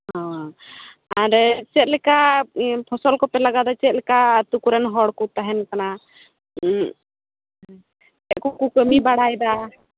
ᱚᱻ ᱦᱟᱸᱰᱮ ᱪᱮᱫᱞᱮᱠᱟ ᱯᱷᱚᱥᱚᱞ ᱠᱚᱯᱮ ᱞᱟᱜᱟᱣᱮᱫᱟ ᱪᱮᱫᱞᱮᱠᱟ ᱟᱹᱛᱩ ᱠᱚᱨᱮᱱ ᱦᱚᱲ ᱠᱚ ᱛᱟᱦᱮᱱ ᱠᱟᱱᱟ ᱪᱮᱫ ᱠᱚᱠᱚ ᱠᱟᱹᱢᱤ ᱵᱟᱲᱟᱭᱮᱫᱟ